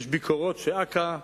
יש פעולות שאכ"א מקיים,